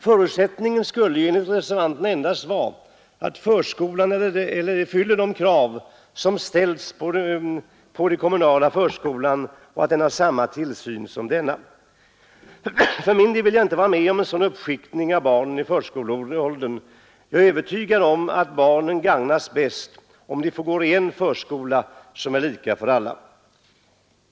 Förutsättningen skulle ju enligt reservanterna endast vara att förskolan fyller de krav som ställs på den kommunala förskolan och att den har samma tillsyn som denna. För min del vill jag inte vara med om en sådan uppdelning av barnen i förskoleåldern. Jag är övertygad om att barnen gagnas bäst om de får gå i en förskola som är lika för alla.